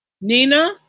Nina